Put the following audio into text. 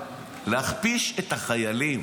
להכפיש את החיילים.